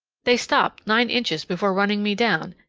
they stopped nine inches before running me down,